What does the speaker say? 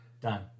Done